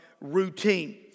routine